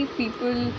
people